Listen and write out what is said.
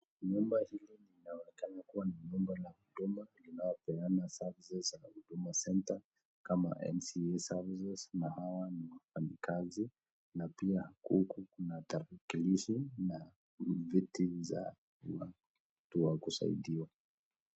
Jumba hili linaonekana kuwa ni jumba la huduma ya kupeana services ya huduma centre kama nsa services na kazi na pia huku kuna tarakilishi na viti za nyuma.